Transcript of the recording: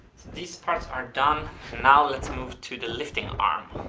these parts are done, now let's move to the lifting arm.